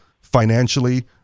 financially